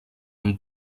amb